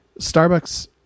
Starbucks